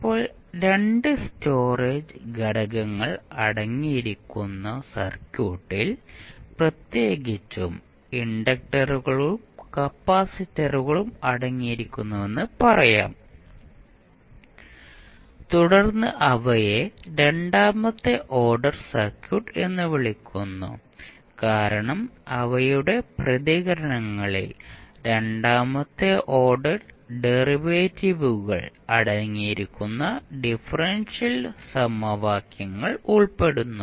ഇപ്പോൾ 2 സ്റ്റോറേജ് ഘടകങ്ങൾ അടങ്ങിയിരിക്കുന്ന സർക്യൂട്ടിൽ പ്രത്യേകിച്ചും ഇൻഡക്ടറുകളും കപ്പാസിറ്ററുകളും അടങ്ങിയിരിക്കുന്നുവെന്ന് പറയാം തുടർന്ന് അവയെ രണ്ടാമത്തെ ഓർഡർ സർക്യൂട്ട് എന്ന് വിളിക്കുന്നു കാരണം അവയുടെ പ്രതികരണങ്ങളിൽ രണ്ടാമത്തെ ഓർഡർ ഡെറിവേറ്റീവുകൾ അടങ്ങിയിരിക്കുന്ന ഡിഫറൻഷ്യൽ സമവാക്യങ്ങൾ ഉൾപ്പെടുന്നു